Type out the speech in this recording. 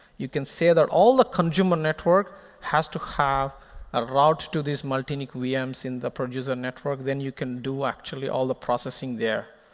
you can say that all the consumer network has to have a route to these multi-nic vms in the producer network, then you can do, actually, all the processing there.